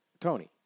Tony